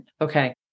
Okay